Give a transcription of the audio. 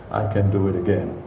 i can do it again.